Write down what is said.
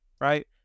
right